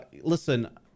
listen